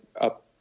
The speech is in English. up